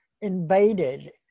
invaded